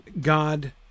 god